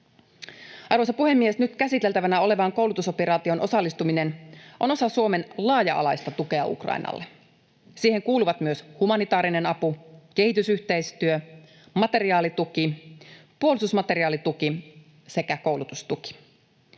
Arvoisa puhemies! Nyt käsiteltävänä olevaan koulutusoperaatioon osallistuminen on osa Suomen laaja-alaista tukea Ukrainalle. Siihen kuuluvat myös humanitaarinen apu, kehitysyhteistyö, materiaalituki, puolustusmateriaalituki sekä koulutustuki.